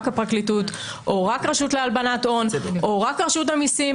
הפרקליטות או רק רשות להלבנת הון או רק רשות המיסים,